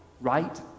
right